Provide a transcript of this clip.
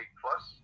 plus